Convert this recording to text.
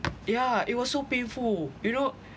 yeah it was so painful you know